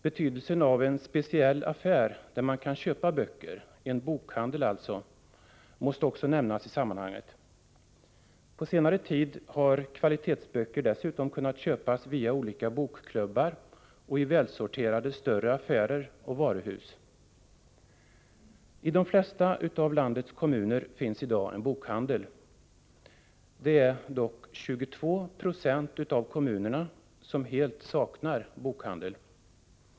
Betydelsen av en speciell affär där man kan köpa böcker, alltså en bokhandel, måste också nämnas i sammanhanget. På senare tid har kvalitetsböcker dessutom kunnat köpas via olika bokklubbar och i välsorterade större affärer och varuhus, I de flesta av landets kommuner finns i dag en bokhandel. Det är dock 22 Yo av kommunerna som helt saknar bokhandel.